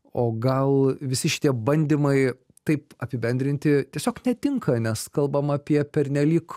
o gal visi šitie bandymai taip apibendrinti tiesiog netinka nes kalbam apie pernelyg